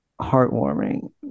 heartwarming